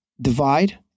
divide